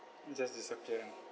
it just disappear ah